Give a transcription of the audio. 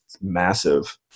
massive